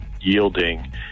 yielding